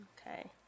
okay